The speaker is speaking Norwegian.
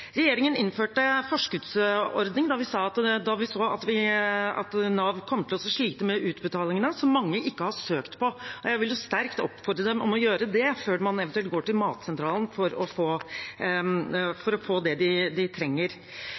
Regjeringen innførte en forskuddsordning – da vi så at Nav kom til å slite med utbetalingene – som mange ikke har søkt på. Jeg vil jo sterkt oppfordre dem til å gjøre det før man eventuelt går til Matsentralen for å få det man trenger.